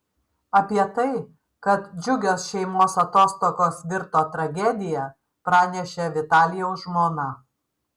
apie tai kad džiugios šeimos atostogos virto tragedija pranešė vitalijaus žmona